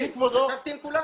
ישבתי עם כולם.